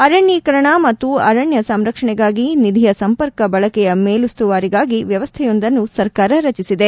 ಅರಣೀಕರಣ ಮತ್ತು ಅರಣ್ಣ ಸಂರಕ್ಷಣೆಗಾಗಿ ನಿಧಿಯ ಸಂಪರ್ಕ ಬಳಕೆಯ ಮೇಲ್ತುವಾರಿಗಾಗಿ ವ್ಯವಸ್ಥೆಯೊಂದನ್ನು ಸರ್ಕಾರ ರಚಿಸಿದೆ